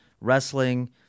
wrestling